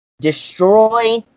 Destroy